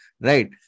right